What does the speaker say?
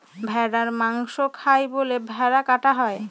ভেড়ার মাংস খায় বলে ভেড়া কাটা হয়